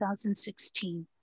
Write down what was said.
2016